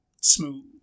smooth